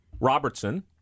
Robertson